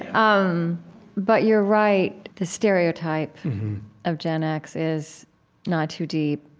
um but you're right. the stereotype of gen x is not too deep,